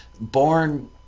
born